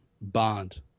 bond